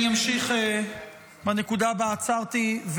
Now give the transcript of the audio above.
אני אמשיך מהנקודה שבה עצרתי,